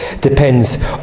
Depends